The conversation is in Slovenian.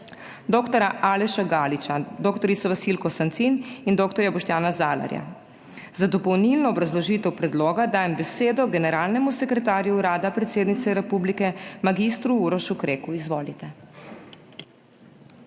dr. Aleša Galiča, dr. Vasilko Sancin in dr. Boštjana Zalarja. Za dopolnilno obrazložitev predloga dajem besedo generalnemu sekretarju Urada predsednice Republike Slovenije mag. Urošu Kreku. Izvolite.